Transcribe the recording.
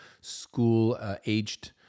school-aged